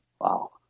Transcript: Wow